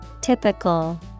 Typical